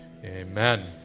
Amen